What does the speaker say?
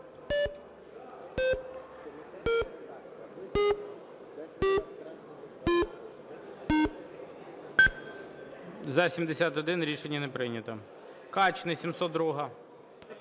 За-71 Рішення не прийнято. Качний, 702-а.